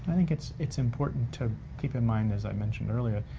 think it's it's important to keep in mind, as i mentioned earlier,